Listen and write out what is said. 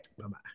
Bye-bye